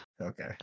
Okay